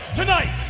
tonight